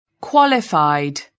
qualified